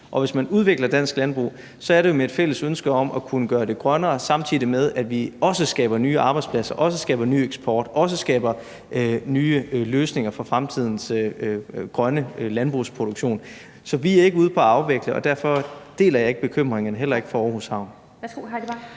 Og hvis man udvikler dansk landbrug, er det jo med et fælles ønske om at kunne gøre det grønnere, samtidig med at vi også skaber nye arbejdspladser og også skaber ny eksport og også skaber nye løsninger for fremtidens grønne landbrugsproduktion. Så vi er ikke ude på at afvikle, og derfor deler jeg ikke bekymringerne, heller ikke for Aarhus Havn.